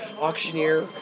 auctioneer